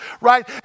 right